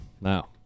Now